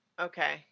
Okay